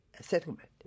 settlement